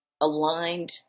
aligned